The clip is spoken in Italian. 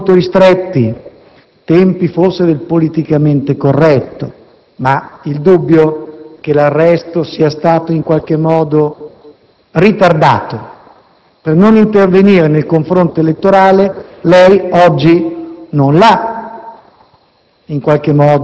Sono tempi molto ristretti, tempi forse del politicamente corretto, ma il dubbio che l'arresto sia stato in qualche modo ritardato per non intervenire nel confronto elettorale lei oggi non lo ha